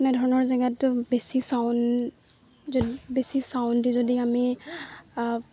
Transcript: তেনেধৰণৰ জেগাত বেছি ছাউণ্ড বেছি ছাউণ্ড যদি আমি